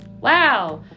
wow